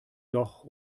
doch